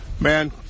man